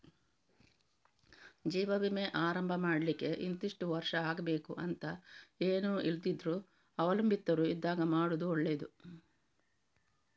ಜೀವ ವಿಮೆ ಆರಂಭ ಮಾಡ್ಲಿಕ್ಕೆ ಇಂತಿಷ್ಟು ವರ್ಷ ಆಗ್ಬೇಕು ಅಂತ ಏನೂ ಇಲ್ದಿದ್ರೂ ಅವಲಂಬಿತರು ಇದ್ದಾಗ ಮಾಡುದು ಒಳ್ಳೆದು